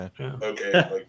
okay